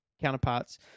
counterparts